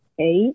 eight